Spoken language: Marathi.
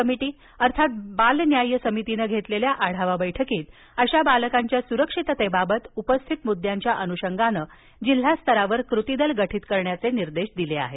कमिटी अर्थात बाल न्याय समितीनं घेतलेल्या आढावा बैठकीत अशा बालकांच्या सुरक्षिततेबाबत उपस्थित मुद्यांच्या अनुषंगानं जिल्हा स्तरावर कृतीदल गठित करण्याचे निर्देश दिले आहेत